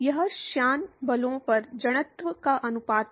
यह श्यान बलों पर जड़त्व का अनुपात है